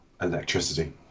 electricity